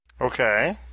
Okay